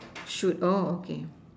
should orh okay